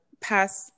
past